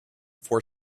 for